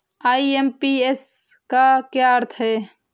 IMPS का क्या अर्थ है?